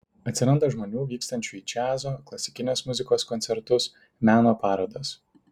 atsiranda žmonių vykstančių į džiazo klasikinės muzikos koncertus meno parodas